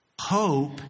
Hope